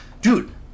Dude